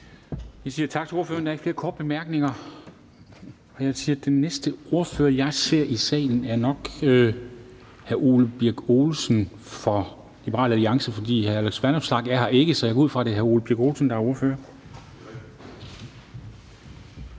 tak til ordføreren. Der er ikke flere korte bemærkninger. Den næste ordfører, jeg ser i salen, er nok hr. Ole Birk Olesen for Liberal Alliance. For hr. Alex Vanopslagh er her ikke. Kl. 11:04 (Ordfører) Ole Birk Olesen (LA): Tak for